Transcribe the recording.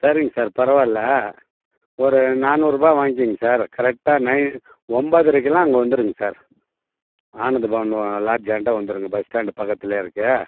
சரிங்க சார் பரவாயில்லை ஒரு நானூரூபா வாங்கிக்கிங்க சார் கரெக்டாக நைன் ஒம்பதரைக்குலாம் அங்கே வந்துருங்க சார் ஆனந்தபவன் லாட்ஜ்ஜாண்டை வந்துருங்க பஸ் ஸ்டாண்டு பக்கத்துல இருக்கு